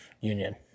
union